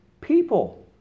people